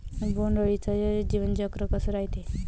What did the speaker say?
बोंड अळीचं जीवनचक्र कस रायते?